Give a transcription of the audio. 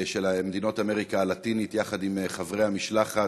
של מדינות אמריקה הלטינית, יחד עם חברי המשלחת.